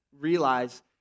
realize